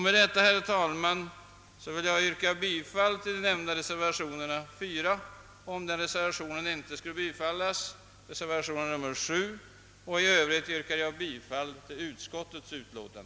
Med dessa ord, herr talman, vill jag yrka bifall till reservation nr 4 och, om denna inte skulle bifallas, till reservation nr 7. I övrigt yrkar jag bifall till utskottets hemställan.